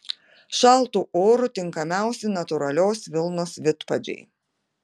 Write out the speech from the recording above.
šaltu oru tinkamiausi natūralios vilnos vidpadžiai